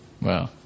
Wow